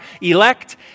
elect